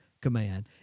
command